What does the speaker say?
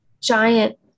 giant